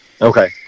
okay